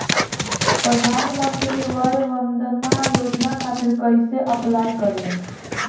प्रधानमंत्री वय वन्द ना योजना खातिर कइसे अप्लाई करेम?